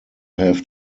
have